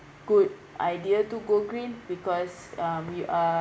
good idea to go green because uh we are